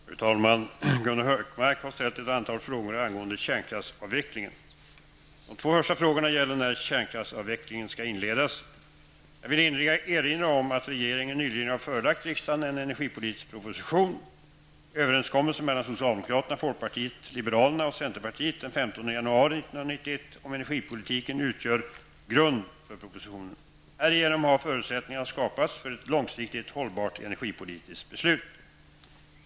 Fru talman! Gunnar Hökmark har ställt ett antal frågor angående kärnkraftsavvecklingen. De två första frågorna gäller när kärnkraftsavvecklingen skall inledas. Jag vill erinra om att regeringen nyligen har förelagt riksdagen en energipolitisk proposition . Överenskommelsen mellan socialdemokraterna, folkpartiet liberalerna och centerpartiet den 15 januari 1991 om energipolitiken utgör grund för propositionen. Härigenom har förutsättningar skapats för ett långsiktigt hållbart energipolitiskt beslut.